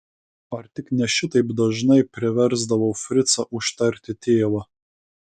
ar tik ne šitaip dažnai priversdavau fricą užtarti tėvą